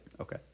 Okay